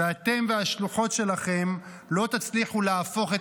ואתם והשלוחות שלכם לא תצליחו להפוך את